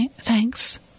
Thanks